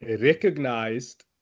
recognized